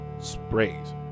sprays